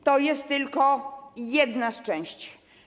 To jest tylko jedna z części.